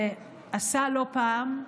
ועשה לא פעם,